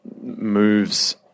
moves